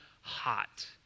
hot